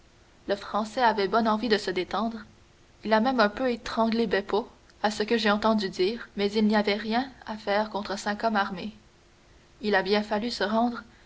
le français avait bonne envie de se détendre il a même un peu étranglé beppo à ce que j'ai entendu dire mais il n'y avait rien à faire contre cinq hommes armés il a bien fallu se rendre